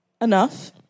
Enough